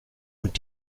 und